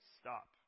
Stop